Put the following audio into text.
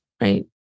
right